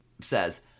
says